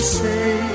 say